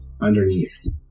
underneath